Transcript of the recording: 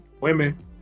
Women